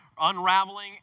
unraveling